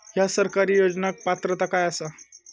हया सरकारी योजनाक पात्रता काय आसा?